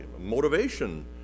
motivation